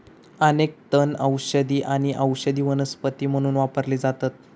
अनेक तण औषधी आणि औषधी वनस्पती म्हणून वापरले जातत